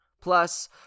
Plus